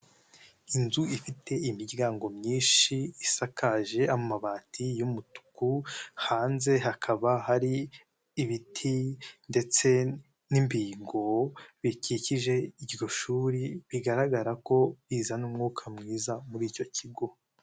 Inzu ifite imiryango myinshi isakaje amabati y'umutuku, hanze hakaba hari ibiti ndetse n'ibingo bikikije iryo shuri, bigaragara ko bizana umwuka mwiza muri icyo kigo.